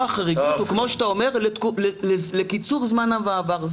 החריגות היא כמו שאתה אומר לקיצור זמן המעבר.